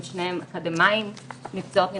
הם שניהם אקדמאים עם מקצועות נדרשים,